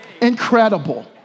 Incredible